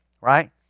right